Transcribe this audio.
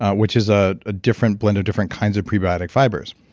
which is a different blend of different kinds of prebiotic fibers.